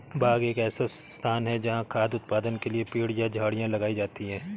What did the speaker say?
बाग एक ऐसा स्थान है जहाँ खाद्य उत्पादन के लिए पेड़ या झाड़ियाँ लगाई जाती हैं